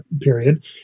period